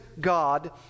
God